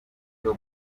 bwo